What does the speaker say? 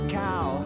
cow